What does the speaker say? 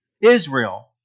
Israel